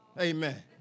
Amen